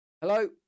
hello